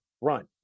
run